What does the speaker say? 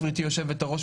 גברתי יושבת-הראש,